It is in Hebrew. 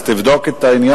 אז תבדוק את העניין.